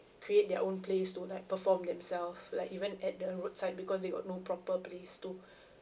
create their own place to like perform themself like even at the roadside because they got no proper place to